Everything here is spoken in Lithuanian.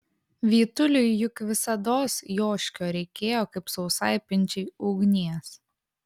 vytuliui juk visados joškio reikėjo kaip sausai pinčiai ugnies